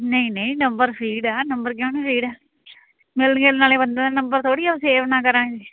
ਨਹੀਂ ਨਹੀਂ number feed ਆ ਨੰਬਰ ਕਿਉਂ ਨੀ ਫੀਡ ਮਿਲਣ ਗਿਲਣ ਵਾਲੇ ਬੰਦੇ ਦਾ ਨੰਬਰ ਥੋੜ੍ਹੀ ਆ ਸੇਵ ਨਾ ਕਰਾਂਗੇ